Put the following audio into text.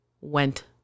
went